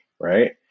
Right